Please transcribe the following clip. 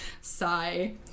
sigh